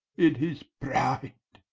in his pride.